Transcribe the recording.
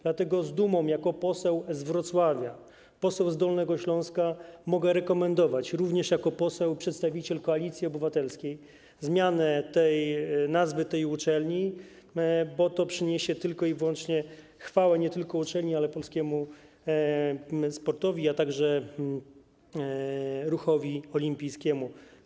Dlatego z dumą jako poseł z Wrocławia, poseł z Dolnego Śląska mogę rekomendować, również jako poseł przedstawiciel Koalicji Obywatelskiej, zmianę nazwy tej uczelni, bo to przyniesie tylko i wyłącznie chwałę nie tylko uczelni, ale i polskiemu sportowi, a także ruchowi olimpijskiemu.